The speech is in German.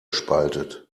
spaltet